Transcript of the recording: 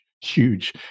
huge